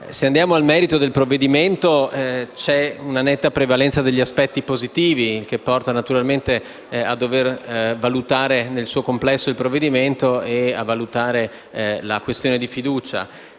Se andiamo al merito del provvedimento, c'è una netta prevalenza degli aspetti positivi, che portano a valutare nel suo complesso il provvedimento e la questione di fiducia.